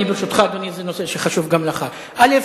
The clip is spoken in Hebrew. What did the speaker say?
ברשותך, אדוני, זה נושא שחשוב גם לך, א.